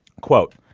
quote,